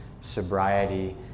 sobriety